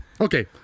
Okay